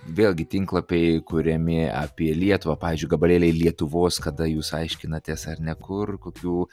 vėlgi tinklapiai kuriami apie lietuvą pavyzdžiui gabalėliai lietuvos kada jūs aiškinatės ar ne kur kokių